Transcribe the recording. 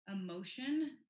emotion